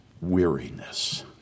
weariness